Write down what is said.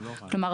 כלומר,